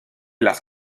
las